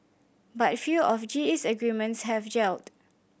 but few of G E's agreements have gelled